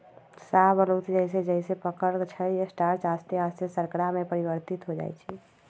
शाहबलूत जइसे जइसे पकइ छइ स्टार्च आश्ते आस्ते शर्करा में परिवर्तित हो जाइ छइ